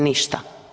Ništa.